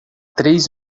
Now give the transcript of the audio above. três